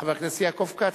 חבר הכנסת יעקב כץ,